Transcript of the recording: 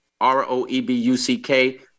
R-O-E-B-U-C-K